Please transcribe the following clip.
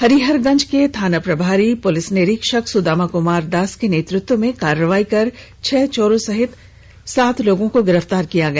हरिहरगंज के थाना प्रभारी पुलिस निरीक्षक सुदामा कुमार दास के नेतृत्व में कार्रवाई कर छह चोरों सहित सात को गिरफ्तार किया गया है